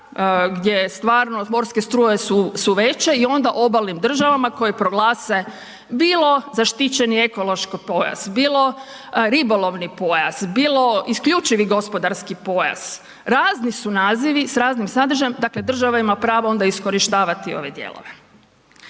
gdje stvarno morske struje su veće i onda obalnim državama koje proglase bilo zaštićeni ekološki pojas, bilo ribolovni pojas, bilo isključivi gospodarski pojas, razni su nazivi s raznim sadržajem, dakle država ima pravo onda iskorištavati ove dijelove.